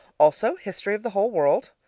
also history of the whole world.